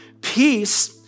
Peace